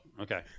Okay